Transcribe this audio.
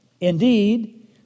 indeed